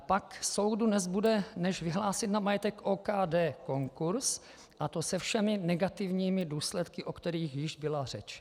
Pak soudu nezbude než vyhlásit na majetek OKD konkurz, a to se všemi negativními důsledky, o kterých již byla řeč.